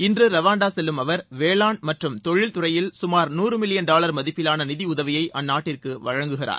இன்று ரவாண்டா செல்லும் அவர் வேளாண் மற்றும் தொழில் துறையில் சமார் நூறு மில்லியன் டாலர் மதிப்பிலான நிதியுதவியை அந்நாட்டிற்கு வழங்குகிறார்